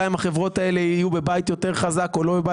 גם אם החברות האלה יהיו בבית יותר חזק או לא.